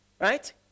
right